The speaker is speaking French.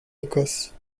écosse